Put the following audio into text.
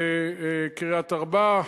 בקריית-ארבע,